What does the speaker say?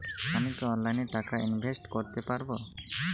আমি কি অনলাইনে টাকা ইনভেস্ট করতে পারবো?